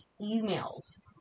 emails